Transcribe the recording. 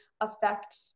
affect